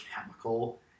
chemical